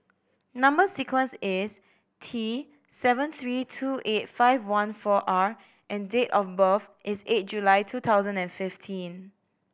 number sequence is T seven three two eight five one four R and date of birth is eight July two thousand and fifteen